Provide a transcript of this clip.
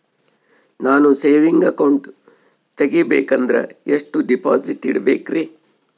ನಾನು saving account ತೆಗಿಬೇಕಂದರ ಎಷ್ಟು ಡಿಪಾಸಿಟ್ ಇಡಬೇಕ್ರಿ?